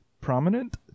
prominent